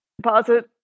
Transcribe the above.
deposit